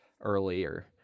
earlier